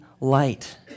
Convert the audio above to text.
light